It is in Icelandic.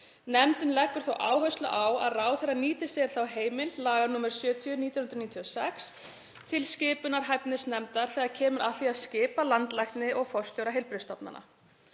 Nefndin leggur þó áherslu á að ráðherra nýti sér þá heimild laga nr. 70/1996 til skipunar hæfnisnefndar þegar kemur að því að skipa landlækni og forstjóra heilbrigðisstofnana.